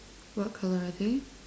what colour are they